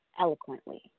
eloquently